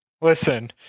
Listen